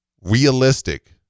Realistic